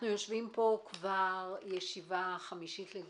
כבר ישיבה חמישית, לדעתי.